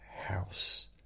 house